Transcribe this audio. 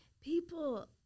People